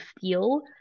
feel